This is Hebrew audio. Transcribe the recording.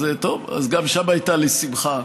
טוב, גם שם הייתה לי שמחה.